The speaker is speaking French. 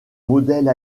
modèle